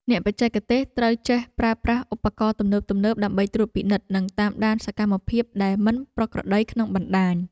អ្នកបច្ចេកទេសត្រូវចេះប្រើប្រាស់ឧបករណ៍ទំនើបៗដើម្បីត្រួតពិនិត្យ និងតាមដានសកម្មភាពដែលមិនប្រក្រតីក្នុងបណ្តាញ។